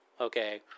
Okay